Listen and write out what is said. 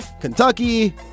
Kentucky